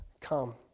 come